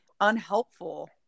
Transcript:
unhelpful